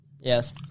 Yes